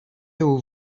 aux